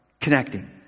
connecting